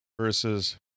versus